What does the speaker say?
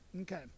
Okay